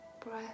breath